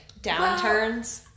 downturns